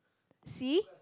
see